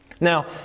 Now